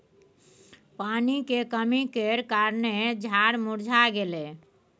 पानी के कमी केर कारणेँ झाड़ मुरझा गेलै